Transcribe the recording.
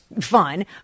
fun